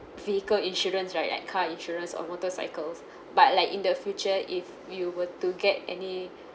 vehicle insurance right like car insurance or motorcycles but like in the future if you were to get any